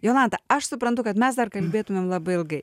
jolanta aš suprantu kad mes dar kalbėtumėm labai ilgai